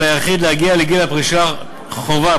על היחיד להגיע לגיל פרישת חובה,